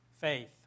faith